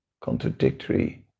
contradictory